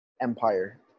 empire